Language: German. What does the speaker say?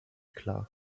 klar